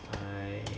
I